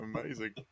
amazing